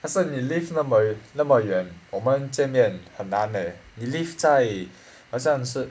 last time 你 live 那么远那么远我们见面很难 eh 你 live 在好像是